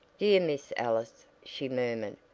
dear miss ellis, she murmured,